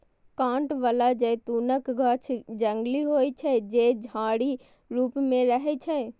कांट बला जैतूनक गाछ जंगली होइ छै, जे झाड़ी रूप मे रहै छै